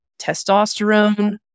testosterone